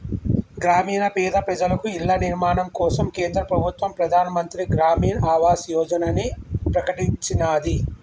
గ్రామీణ పేద ప్రజలకు ఇళ్ల నిర్మాణం కోసం కేంద్ర ప్రభుత్వం ప్రధాన్ మంత్రి గ్రామీన్ ఆవాస్ యోజనని ప్రకటించినాది